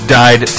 died